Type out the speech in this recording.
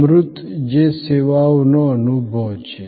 અમૂર્ત જે સેવાનો અનુભવ છે